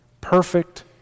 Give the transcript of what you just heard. Perfect